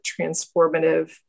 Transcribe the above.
transformative